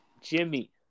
Jimmy